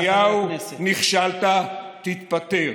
נתניהו, נכשלת, תתפטר.